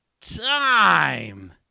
time